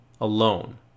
alone